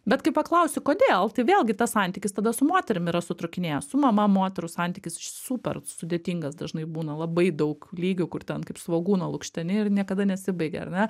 bet kai paklausiu kodėl tai vėlgi tas santykis tada su moterim yra sutrūkinėjęs su mama moterų santykis super sudėtingas dažnai būna labai daug lygių kur ten kaip svogūną lukšteni ir niekada nesibaigia ar ne